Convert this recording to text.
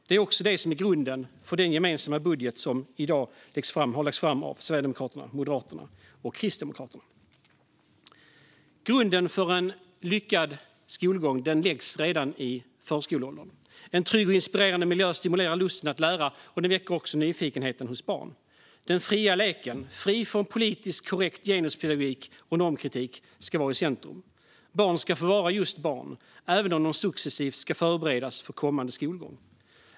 Det är också det som är grunden för den gemensamma budget som i dag har lagts fram av Sverigedemokraterna, Moderaterna och Kristdemokraterna. Grunden för en lyckad skolgång läggs redan i förskoleåldern. En trygg och inspirerande miljö stimulerar lusten att lära, och den väcker också nyfikenheten hos barn. Den fria leken, fri från politiskt korrekt genuspedagogik och normkritik ska vara i centrum. Barn ska få vara just barn, även om de successivt ska förberedas för kommande skolgång.